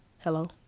Hello